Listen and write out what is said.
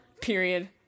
period